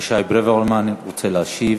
אבישי ברוורמן רוצה להשיב.